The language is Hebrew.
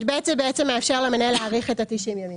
(ב) בעצם מאפשר למנהל להאריך את ה-90 הימים.